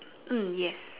mm yes